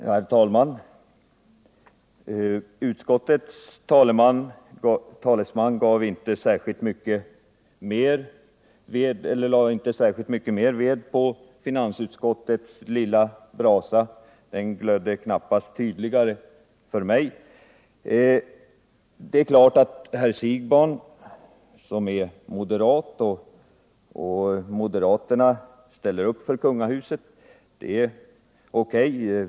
Herr talman! Utskottets talesman lade inte särskilt mycket mer ved på finansutskottets lilla brasa. Den glödde knappast tydligare för mig. Det är klart att herr Siegbahn som är moderat ställer upp för kungahuset. Det är O.K.